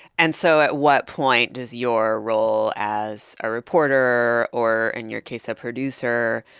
and so at what point does your role as a reporter, or in your case a producer,